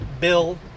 bill